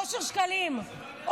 --- אושר שקלים,